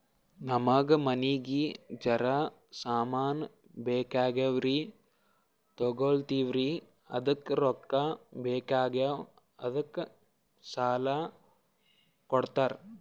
ನಮಗ ಮನಿಗಿ ಜರ ಸಾಮಾನ ಬೇಕಾಗ್ಯಾವ್ರೀ ತೊಗೊಲತ್ತೀವ್ರಿ ಅದಕ್ಕ ರೊಕ್ಕ ಬೆಕಾಗ್ಯಾವ ಅದಕ್ಕ ಸಾಲ ಕೊಡ್ತಾರ?